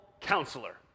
Counselor